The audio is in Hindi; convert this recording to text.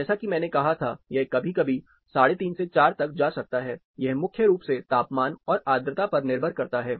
जैसा कि मैंने कहा था यह कभी कभी 35 से 4 तक जा सकता है यह मुख्य रूप से तापमान और आर्द्रता पर निर्भर करता है